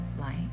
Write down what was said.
light